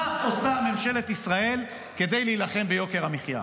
מה עושה ממשלת ישראל כדי להילחם ביוקר המחיה?